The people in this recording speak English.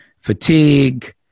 fatigue